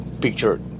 picture